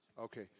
Okay